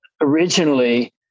originally